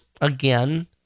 again